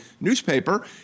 newspaper